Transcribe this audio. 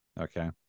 Okay